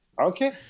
Okay